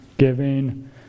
giving